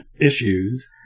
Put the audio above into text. issues